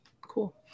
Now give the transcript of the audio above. cool